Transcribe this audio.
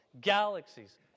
galaxies